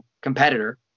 competitor